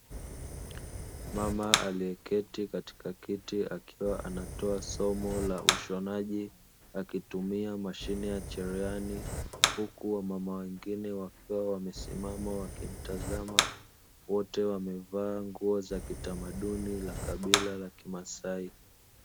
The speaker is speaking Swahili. Mama aliyeketi katika kiti, akiwa anatoa somo la ushonaji; akitumia mashine ya cherehani, huku wamama wengine wakiwa wamesimama wakimtazama; wote wamevaa nguo za kitamaduni la kabila la kimasai.